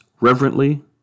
reverently